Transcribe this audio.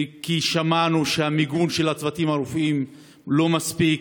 כי שמענו שהמיגון של הצוותים הרפואיים לא מספיק.